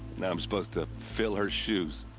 now i'm supposed to. fill her shoes.